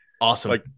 Awesome